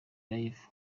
live